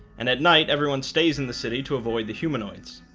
and at night, everyone stays in the city to avoid the humanoids